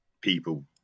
people